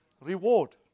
reward